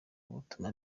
butuma